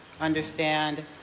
understand